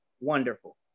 wonderful